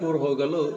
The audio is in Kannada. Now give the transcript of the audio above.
ಟೂರ್ ಹೋಗಲು